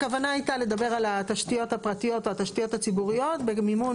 הכוונה הייתה לדבר על התשתיות הפרטיות והתשתיות הציבוריות במימון